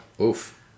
Oof